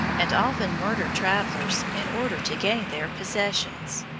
and often murdered travelers in order to gain their possessions.